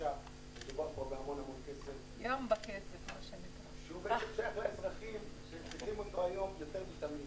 בהמון כסף שהוא בעצם שייך לאזרחים שהיום צריכים אותו יותר מתמיד.